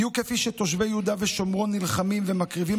בדיוק כפי שתושבי יהודה ושומרון נלחמים ומקריבים